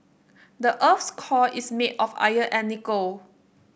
the earth's core is made of iron and nickel